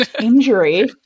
injury